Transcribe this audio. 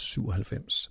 97